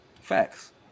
Facts